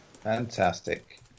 Fantastic